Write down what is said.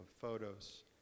photos